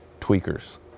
tweakers